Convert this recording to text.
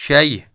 شاے